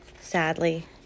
sadly